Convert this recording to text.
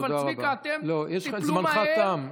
אבל צביקה, אתם תיפלו מהר, זמנך תם.